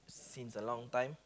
since a long time